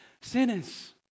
sinners